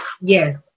Yes